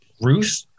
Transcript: Ruth